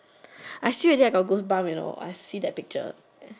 I see already I got goose bump you know I see that picture